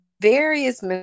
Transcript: various